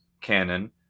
canon